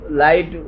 light